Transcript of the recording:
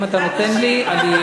אם אתה נותן לי אני,